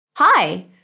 Hi